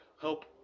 help